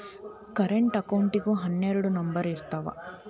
current ಅಕೌಂಟಿಗೂ ಹನ್ನೆರಡ್ number ಇರ್ತಾವ